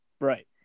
right